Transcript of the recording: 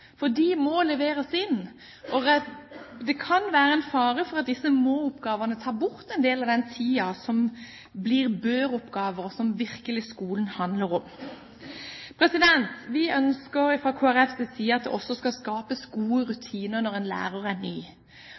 leveres inn. Det kan være en fare for at disse må-oppgavene tar bort en del av den tiden som er bør-oppgaver, som skolen virkelig handler om. Vi ønsker fra Kristelig Folkepartis side at det også skal skapes gode rutiner når en lærer er ny.